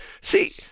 See